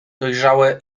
dojrzałe